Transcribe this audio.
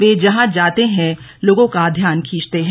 वे जहां जाते हैं लोगों का ध्यान खींचते हैं